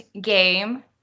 game